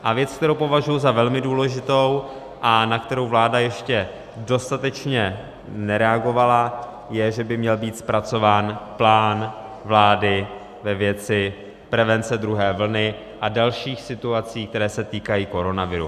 A věc, kterou považuji za velmi důležitou a na kterou vláda ještě dostatečně nereagovala, je, že by měl být zpracován plán vlády ve věci prevence druhé vlny a dalších situací, které se týkají koronaviru.